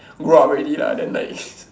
grow up already lah then like